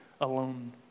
alone